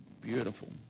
Beautiful